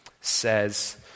says